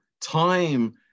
time